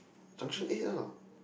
junction eight lah